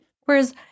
whereas